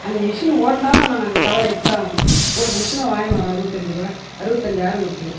அந்த மிஷின் ஓட்டினாலும் ஆனால் நாங்கள் களையெடுத்துதான் ஆகணும் ஒரு மிஷினை வாங்கின்னு வரோம் அறுபதஞ்சு ரூபா அறுபத்தஞ்சாயிரம் கொடுத்து